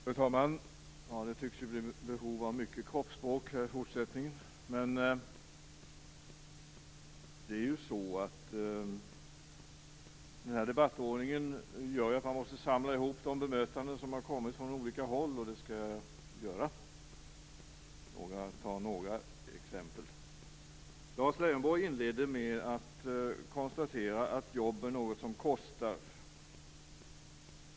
Fru talman! Det tycks finnas behov av mycket kroppsspråk i fortsättningen. Den här debattordningen gör att man måste samla ihop de bemötanden som kommit från olika håll, och det skall jag göra. Lars Leijonborg inledde med att konstatera att jobb är något som kostar.